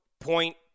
point